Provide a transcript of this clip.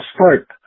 start